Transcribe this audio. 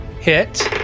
Hit